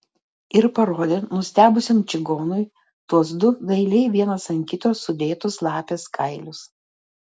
ir parodė nustebusiam čigonui tuos du dailiai vienas ant kito sudėtus lapės kailius